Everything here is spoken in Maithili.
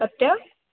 कतेक